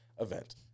event